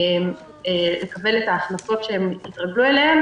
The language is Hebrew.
לקבל את ההכנסות שהם התרגלו אליהן,